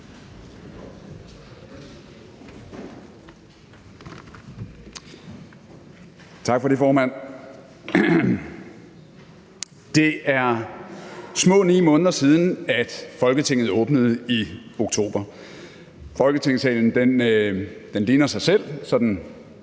Tak for det, formand. Det er små 9 måneder siden, at Folketinget åbnede i oktober sidste år. Folketingssalen ligner sig selv, sådan